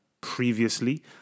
previously